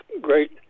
great